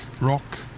rock